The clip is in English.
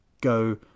go